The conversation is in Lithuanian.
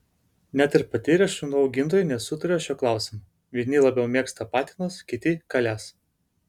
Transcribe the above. net ir patyrę šunų augintojai nesutaria šiuo klausimu vieni labiau mėgsta patinus kiti kales